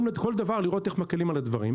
כל דבר לראות איך מקלים על הדברים.